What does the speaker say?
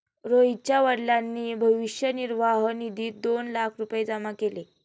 रोहितच्या वडिलांनी भविष्य निर्वाह निधीत दोन लाख रुपये जमा केले